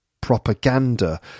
propaganda